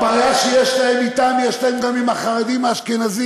הבעיה שיש להם אתם, יש להם גם עם החרדים האשכנזים,